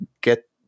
get